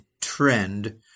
trend